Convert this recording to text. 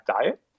diet